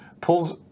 pulls